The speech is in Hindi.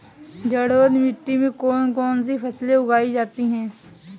जलोढ़ मिट्टी में कौन कौन सी फसलें उगाई जाती हैं?